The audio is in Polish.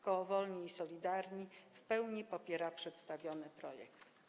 Koło Wolni i Solidarni w pełni popiera przedstawiony projekt.